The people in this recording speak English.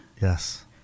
Yes